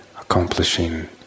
accomplishing